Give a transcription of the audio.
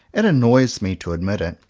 it annoys me to admit it,